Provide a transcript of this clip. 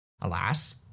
Alas